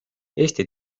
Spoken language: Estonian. eesti